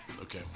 Okay